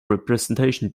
representation